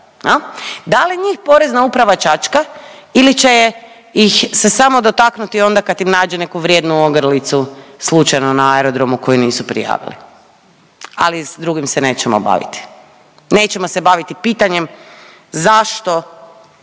Da li njih Porezna uprava čačka ili će ih se samo dotaknuti onda kad im nađe neku vrijednu ogrlicu slučajno na aerodromu koju nisu prijavili, ali s drugim se nećemo baviti. Nećemo se baviti pitanjem zašto